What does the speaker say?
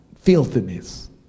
Filthiness